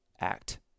act